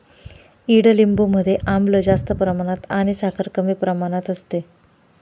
ईडलिंबू मध्ये आम्ल जास्त प्रमाणात आणि साखर कमी प्रमाणात असते